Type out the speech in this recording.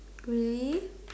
really